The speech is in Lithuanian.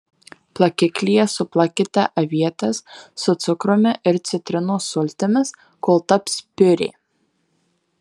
plakiklyje suplakite avietes su cukrumi ir citrinos sultimis kol taps piurė